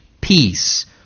peace